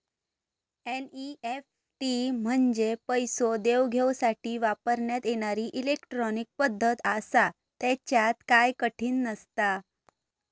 NEFT म्हंजे पैसो देवघेवसाठी वापरण्यात येणारी इलेट्रॉनिक पद्धत आसा, त्येच्यात काय कठीण नसता